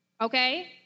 okay